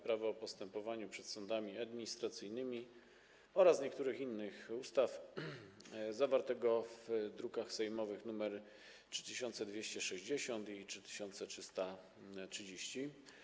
Prawo o postępowaniu przed sądami administracyjnymi oraz niektórych innych ustaw, druki sejmowe nr 3260 i 3330.